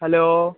hello